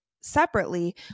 separately